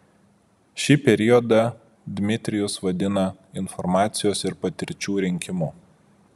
šį periodą dmitrijus vadina informacijos ir patirčių rinkimu